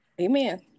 Amen